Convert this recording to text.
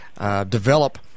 develop